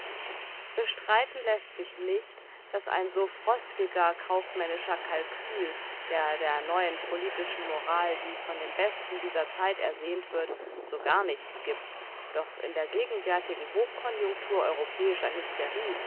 bestreiten läßt sich nicht daß ein so frostiger kaufmännischer kalkül der der neuen politischen moral die von den besten dieser zeit ersehnt wird so gar nichts gibt doch in der gegenwärtigen hochkonjunktur europäischer hysterie